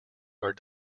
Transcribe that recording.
are